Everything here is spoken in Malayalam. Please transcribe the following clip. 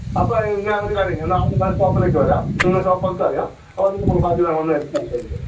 അപ്പോൾ ഞാനൊരു കാര്യം ചെയ്യാം ഞാൻ നാളെ നിങ്ങളുടെ ഷോപ്പിലേക്ക് വരാം നിങ്ങളെ ഷോപ്പെ എനിക്ക് അറിയാം അപ്പോൾ നമുക്ക് ബാക്കി ഏമൗണ്ടിൻ്റെ കാര്യം സംസാരിക്കാം